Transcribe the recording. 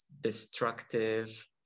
destructive